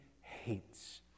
hates